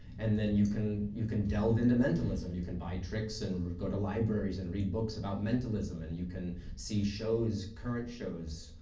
and then you can you can delve into mentalism. you can buy tricks and go to libraries and read books about mentalism, and you can see shows, current shows,